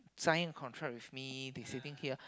sign contract with me they sitting here